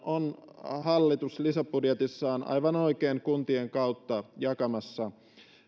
on hallitus lisäbudjetissaan aivan oikein kuntien kautta jakamassa